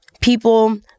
people